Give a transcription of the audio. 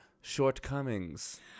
shortcomings